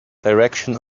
direction